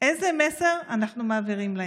איזה מסר אנחנו מעבירים להם?